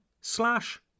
slash